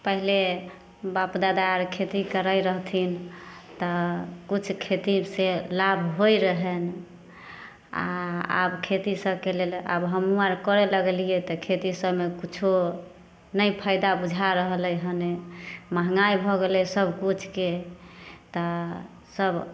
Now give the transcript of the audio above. पहिले बाप दादा आर खेती करै रहथिन तऽ किछु खेती से लाभ होइ रहैनि आ आब खेती सभके लेल आब हमहुँ आर करै लगलियै तऽ खेती सभमे किछो नहि फाइदा बुझा रहलै हन महँगाइ भऽ गेलै सभकिछके तऽ सभ